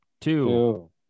two